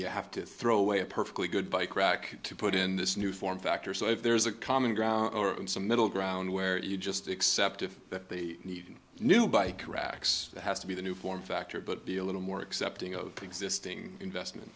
you have to throw away a perfectly good bike rack to put in this new form factor so if there is a common ground or some middle ground where you just accepted that they need a new bike racks that has to be the new form factor but be a little more accepting of existing investment